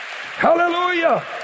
Hallelujah